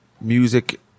music